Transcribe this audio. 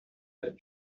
that